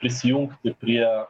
prisijungti prie